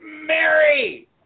Mary